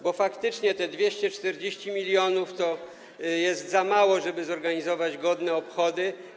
bo faktycznie te 240 mln to jest za mało, żeby zorganizować godne obchody.